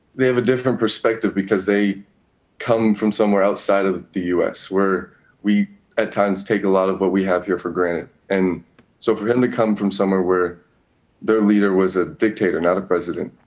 they have a different perspective because they come from somewhere outside of the us, where we at times take a lot of what we have here for granted. and so for him to come from somewhere where their leader was a dictator, not a president,